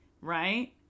Right